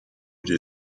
deny